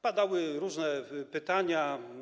Padały różne pytania.